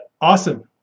Awesome